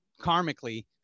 karmically